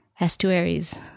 estuaries